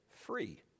free